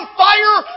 fire